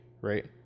right